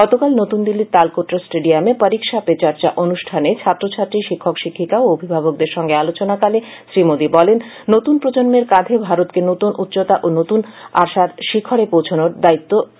গতকাল নতুনদিল্লির তালকোটরা স্টেডিয়ামে পরিকসা পে চর্চা অনুষ্ঠানে ছাত্রছাত্রী শিক্ষক শিক্ষিকা ও অভিভাবকদের সঙ্গে আলোচনাকালে শ্রীমোদি বলেন নতুন প্রজন্মের কাঁধে ভারতকে নতুন উষ্চতা ও নতুন আশার শিখরে পৌছানোর দায়িত্ব রয়েছে